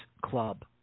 club